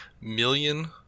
million